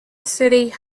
city